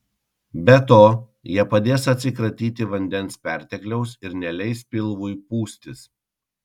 be to jie padės atsikratyti vandens pertekliaus ir neleis pilvui pūstis